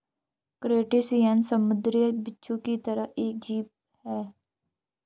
crustacean समुंद्री बिच्छू की तरह एक जीव है